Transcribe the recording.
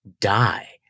die